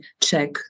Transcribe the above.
check